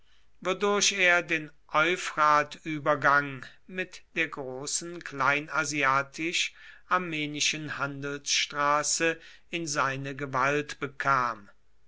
wodurch er den euphratübergang mit der großen kleinasiatisch armenischen handelsstraße in seine gewalt bekam